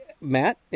matt